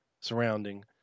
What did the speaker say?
surrounding